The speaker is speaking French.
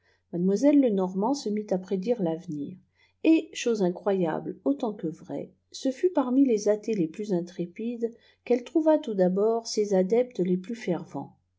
mademoiselle lenormant se mit à prédire lavenir et chose incroyable autant que vraie ce fut parmi les athées les plus intrépides qu'elle trouva tout d'abord ses adeptes les plus fervents